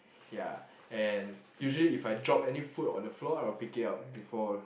ya and usually if I drop any food on the floor I will pick it up before